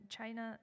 China